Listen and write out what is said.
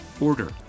order